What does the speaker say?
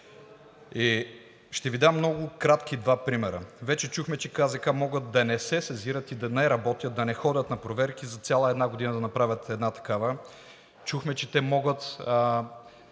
ще Ви дам два много кратки примера. Вече чухме, че КЗК могат да не се сезират и да не работят, да не ходят на проверки, за цяла една година да направят една такава. Чухме, че могат